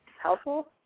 helpful